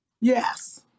yes